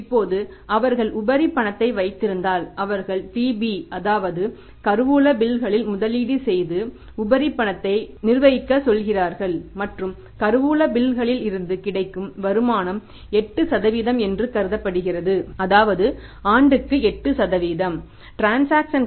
இப்போது அவர்கள் உபரி பணத்தை வைத்திருந்தால் அவர்கள் TB's அதாவது கருவூல பில்களில் முதலீடு செய்து உபரி பணத்தை நிர்வகிக்கச் சொல்கிறார்கள் மற்றும் கருவூல பில்களிலிருந்து கிடைக்கும் வருமானம் 8 என்று கருதப்படுகிறது அதாவது ஆண்டுக்கு 8